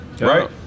right